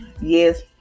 Yes